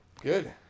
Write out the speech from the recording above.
Good